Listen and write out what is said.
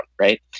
Right